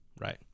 right